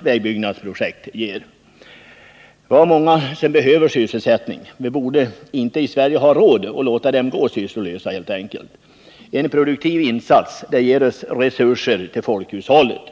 vägbyggnadsprojekt. Vi har många som behöver sysselsättning. Vi borde i Sverige helt enkelt inte ha råd att låta dem gå sysslolösa. En produktiv insats ger resurser till folkhushållet.